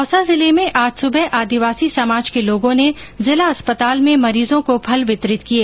दौसा जिले में आज सुबह आदिवासी समाज के लोगों ने जिला अस्पताल में मरीजों को फल वितरित किए